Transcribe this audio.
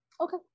Okay